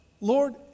Lord